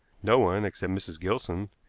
no one, except mrs. gilson,